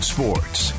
Sports